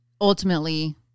ultimately